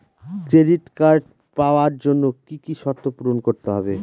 Credit card পাওয়ার জন্য কি কি শর্ত পূরণ করতে হবে?